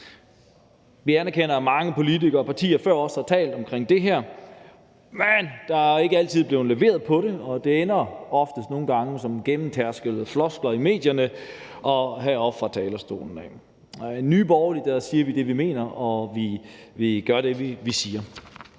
Vi anerkender, at mange politikere og partier før os har talt om det her, men der er ikke altid rigtig blevet leveret på det, og det ender ofte som fortærskede floskler i medierne og heroppe fra talerstolen. I Nye Borgerlige siger vi det, vi mener, og vi gør det, vi siger.